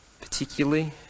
particularly